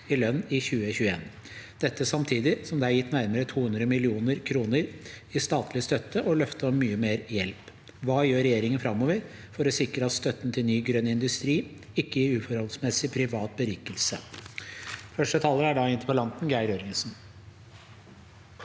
i lønn i 2021. Dette samti- dig som det er gitt nærmere 200 millioner kroner i statlig støtte og løfter om mye mer hjelp. Hva gjør regjeringen framover for å sikre at støtten til ny grønn industri ikke gir uforholdsmessig privat berik- else?» Geir Jørgensen